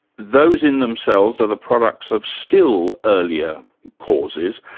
those in themselves are the products of still earlier causes,